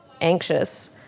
anxious